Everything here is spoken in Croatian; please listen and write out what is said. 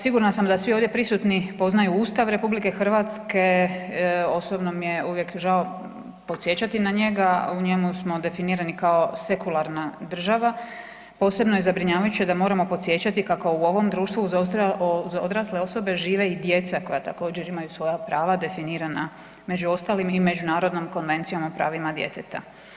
Sigurna sam da svi ovdje prisutni poznaju Ustav RH, osobno mi je uvijek žao podsjećati na njega, u njemu smo definirani kao sekularna država, posebno je zabrinjavajuće da moramo podsjećati kako u ovom društvu uz odrasle osobe žive i djeca koja također imaju svoja prava definirana među ostalim i Međunarodnom konvencijom o pravima djeteta.